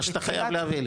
מה שאתה חייב להביא לי.